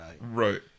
Right